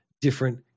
different